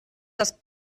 dass